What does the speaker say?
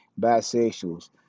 bisexuals